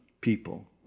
people